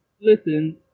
Listen